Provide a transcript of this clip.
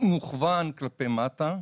מוכוון כלפי מטה,